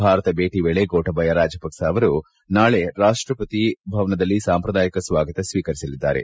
ಭಾರತ ಭೇಟಿ ವೇಳೆ ಗೊಟಬಯ ರಾಜಪಕ್ಟ ಅವರು ನಾಳೆ ರಾಷ್ಟ ಪತಿ ಭವನದಲ್ಲಿ ಸಾಂಪ್ರದಾಯಿಕ ಸ್ನಾಗತ ಸ್ನೀಕರಿಸಲಿದ್ದಾರೆ